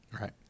Right